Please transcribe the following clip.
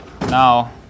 now